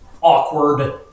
awkward